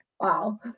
wow